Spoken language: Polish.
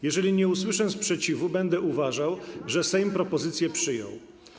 Jeżeli nie usłyszę sprzeciwu, będę uważał, że Sejm propozycję przyjął.